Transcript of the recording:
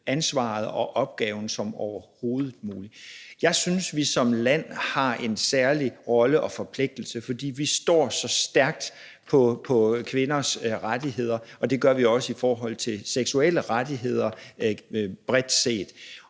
ansvaret og opgaven som overhovedet muligt. Jeg synes, at vi som land har en særlig rolle og forpligtelse, fordi vi står så stærkt på kvinders rettigheder, og det gør vi også i forhold til seksuelle rettigheder bredt set.